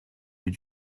plus